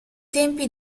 tempi